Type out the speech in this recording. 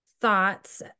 thoughts